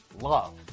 love